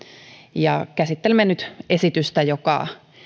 ja niin käsittelemme nyt esitystä joka